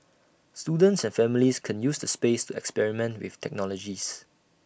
students and families can use the space to experiment with technologies